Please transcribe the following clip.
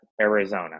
Arizona